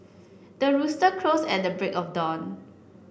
the rooster crows at the break of dawn